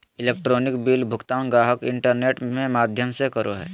electronic bill भुगतान गाहक internet में माध्यम से करो हइ